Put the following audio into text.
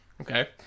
Okay